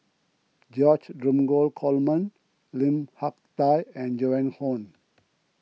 George Dromgold Coleman Lim Hak Tai and Joan Hon